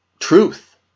Truth